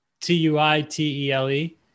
T-U-I-T-E-L-E